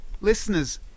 listeners